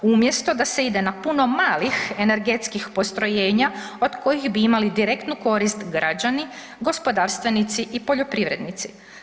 Umjesto da se ide na puno malih energetskih postrojenja od kojih bi imali direktnu korist građani, gospodarstvenici i poljoprivrednici.